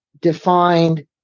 defined